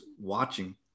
watching